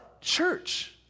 church